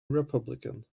republican